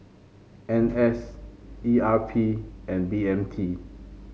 N S E R P and B M T